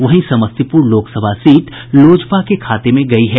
वहीं समस्तीपूर लोकसभा सीट लोजपा के खाते में गयी है